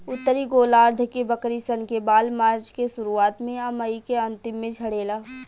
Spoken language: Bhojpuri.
उत्तरी गोलार्ध के बकरी सन के बाल मार्च के शुरुआत में आ मई के अन्तिम में झड़ेला